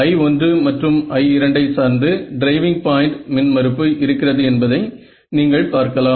I1 மற்றும் I2 ஐ சார்ந்து டிரைவிங் பாய்ண்ட் மின் மறுப்பு இருக்கிறது என்பதை நீங்கள் பார்க்கலாம்